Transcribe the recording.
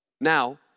Now